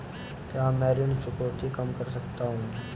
क्या मैं ऋण चुकौती कम कर सकता हूँ?